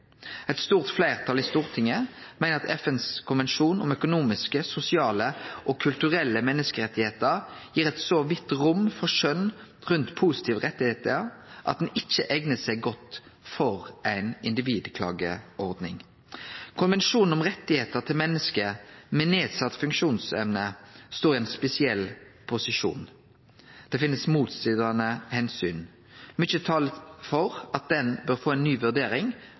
Eit stort fleirtal i Stortinget meiner at FNs konvensjon om økonomiske, sosiale og kulturelle menneskerettar gir eit så vidt rom for skjønn rundt positive rettar at han ikkje eignar seg godt for ei individklageordning. Konvensjonen om rettar til menneske med nedsett funksjonsevne står i ein spesiell posisjon. Det finst motstridande omsyn. Mykje talar for at den bør få ei ny vurdering